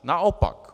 Naopak.